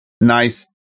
nice